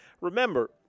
remember